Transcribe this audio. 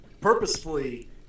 purposefully